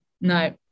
No